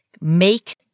make